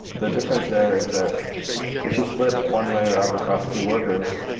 the difference there is that if you split one layer up across two workers,